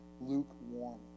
lukewarm